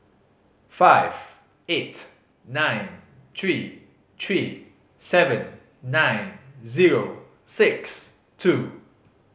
five eight nine three three seven nine zero six two